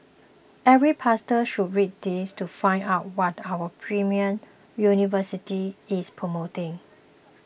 every pastor should read this to find out what our premier university is promoting